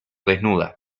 desnuda